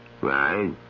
Right